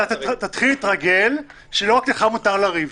תתחיל להתרגל שלא רק לך מותר לריב...